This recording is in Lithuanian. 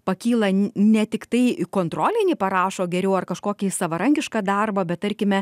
pakyla ne ne tiktai kontrolinį parašo geriau ar kažkokį savarankišką darbą bet tarkime